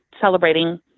celebrating